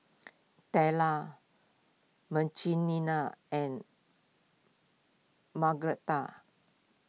Tella Marcelina and Margretta